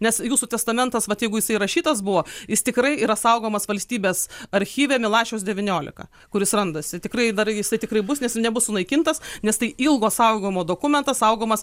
nes jūsų testamentas vat jeigu jis įrašytas buvo jis tikrai yra saugomas valstybės archyve milašiaus devyniolika kuris randasi tikrai dar jisai tikrai bus nes nebus sunaikintas nes tai ilgo saugojimo dokumentas saugomas